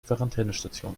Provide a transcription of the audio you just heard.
quarantänestation